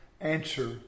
answer